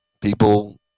people